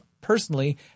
personally